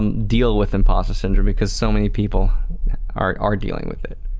um deal with impostor syndrome because so many people are are dealing with it.